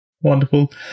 Wonderful